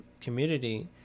community